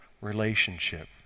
relationship